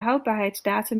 houdbaarheidsdatum